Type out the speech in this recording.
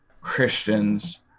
Christians